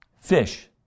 Fish